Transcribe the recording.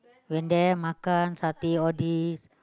and then makan satay all these